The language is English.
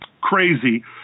crazy